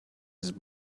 his